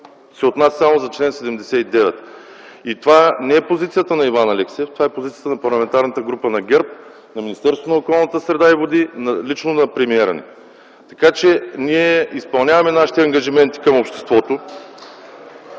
се отнася само за чл. 79. Това не е позицията на Иван Алексиев. Това е позицията на Парламентарната група на ГЕРБ, на Министерството на околната среда и водите и лично на премиера ни. Така че ние изпълняваме нашите ангажименти към обществото